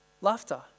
laughter